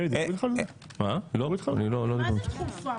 מה זה "דחופה"?